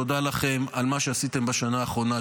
תודה לכם על מה שעשיתם בשנה האחרונה,